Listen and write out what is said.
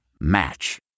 Match